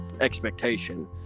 expectation